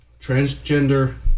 Transgender